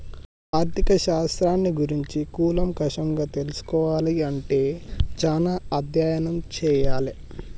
ఆర్ధిక శాస్త్రాన్ని గురించి కూలంకషంగా తెల్సుకోవాలే అంటే చానా అధ్యయనం చెయ్యాలే